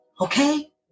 okay